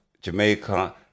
Jamaica